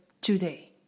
today